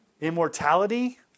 immortality